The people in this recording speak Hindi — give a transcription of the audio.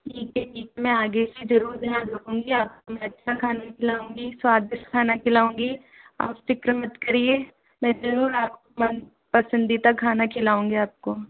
ठीक है ठीक मैं आगे से ज़रूर ध्यान रखूंगी आपको मैं अच्छा खाना खिलाऊंगी स्वादिष्ट खाना खिलाऊंगी आप फिक्र मत करिए मैं ज़रूर आपका मन पसंदीदा खाना बनाऊंगी आपको